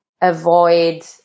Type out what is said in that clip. avoid